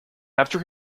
after